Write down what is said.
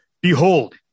Behold